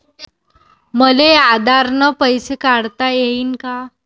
मले आधार न पैसे काढता येईन का?